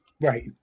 Right